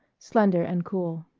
slender and cool.